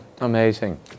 Amazing